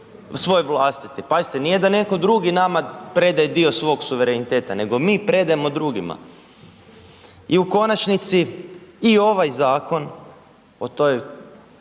svoj vlastiti, pazite nije da netko drugi nama predaje dio svog suvereniteta nego mi predajemo drugima. I u konačnici i ovaj zakon o toj